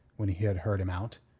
when he had heard him out.